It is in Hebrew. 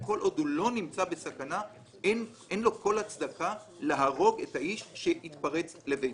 וכל עוד הוא לא נמצא בסכנה אין לו כל הצדקה להרוג את האיש שהתפרץ לביתו.